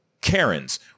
karens